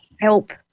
help